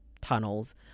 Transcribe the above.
tunnels